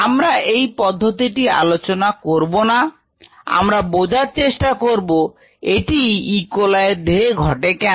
আমরা এই পদ্ধতিটি আলোচনা করব না আমরা বোঝার চেষ্টা করব এটিই E coli এর দেহে ঘটে কেন